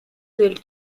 del